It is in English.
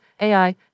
AI